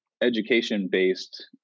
education-based